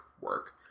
work